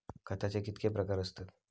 खताचे कितके प्रकार असतत?